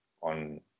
on